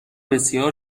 بسیار